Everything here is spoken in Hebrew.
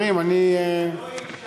אני אעביר את זה לבדיקה.